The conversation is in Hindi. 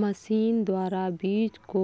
मशीन द्वारा बीज को